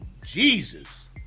Jesus